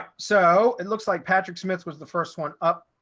so it looks like patrick smith was the first one up.